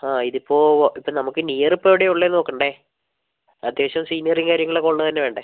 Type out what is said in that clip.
ആ ഇതിപ്പോൾ ഇപ്പോൾ നമുക്ക് നിയർ ഇപ്പോൾ എവിടെയാണ് ഉള്ളത് എന്ന് നോക്കേണ്ടേ അത്യാവശ്യം സിനറിയും കാര്യങ്ങളും ഉള്ളത് തന്നെ വേണ്ടേ